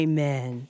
Amen